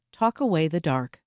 talkawaythedark